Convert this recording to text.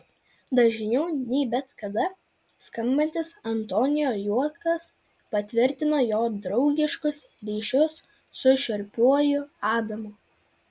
dažniau nei bet kada skambantis antonio juokas patvirtina jo draugiškus ryšius su šiurpiuoju adamu